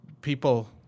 people